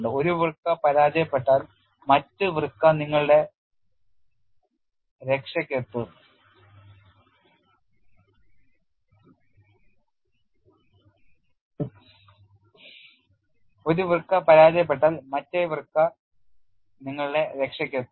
ഒരു വൃക്ക പരാജയപ്പെട്ടാൽ മറ്റേ വൃക്ക നിങ്ങളുടെ രക്ഷയ്ക്കെത്തും